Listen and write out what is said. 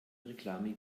reklame